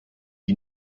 die